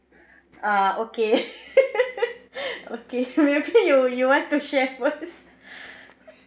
uh okay okay maybe you you want to share first